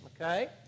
okay